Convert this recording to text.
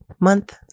month